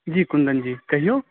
जी कुन्दन जी कहिऔ